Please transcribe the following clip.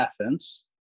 Athens